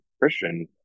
Christian